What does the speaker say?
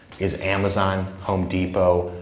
is amazon, home depot,